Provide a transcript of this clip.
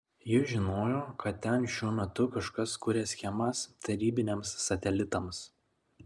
jis žinojo kad ten šiuo metu kažkas kuria schemas tarybiniams satelitams